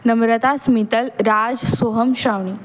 Namrata Smital Raj Soham Shravani